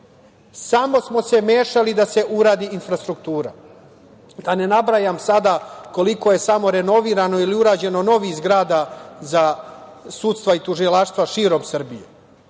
smo se mešali da se uradi infrastruktura, da ne nabrajam sada koliko je renovirano ili urađeno novih zgrada za sudstva i tužilaštva širom Srbije.